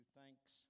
thanks